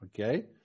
Okay